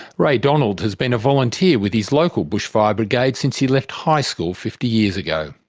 ray donald has been a volunteer with his local bushfire brigade since he left high school fifty years ago.